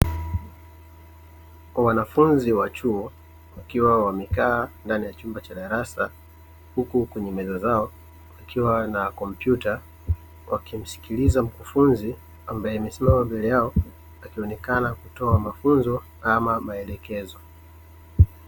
Wanafunzi wa chuo wakiwa wamekaa ndani ya chumba cha darasa huku kwenye meza zao kukiwa na kompyuta, wakimsikiliza mkufunzi ambaye amesimama mbele yao akionekana kutoa mafunzo ama maelekezo.